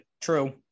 True